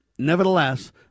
Nevertheless